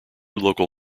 local